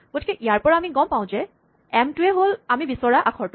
গতিকে ইয়াৰ পৰা আমি গম পাওঁ যে এম টোৱেই হ'ল আমি বিচৰা আখৰটো